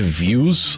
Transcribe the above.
views